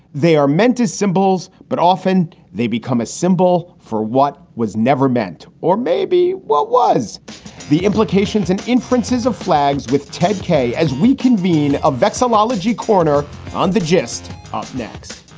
they are meant as symbols, but often they become a symbol for what was never meant or maybe what was the implications and inferences of flags with ted kaye as we convene a vexillology corner on the just off next